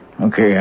Okay